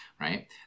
Right